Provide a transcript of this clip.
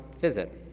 visit